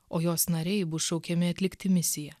o jos nariai bus šaukiami atlikti misiją